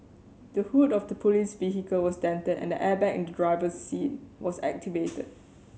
the hood of the police vehicle was dented and the airbag in the driver's seat was activated